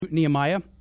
Nehemiah